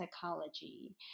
psychology